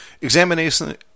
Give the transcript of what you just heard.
Examination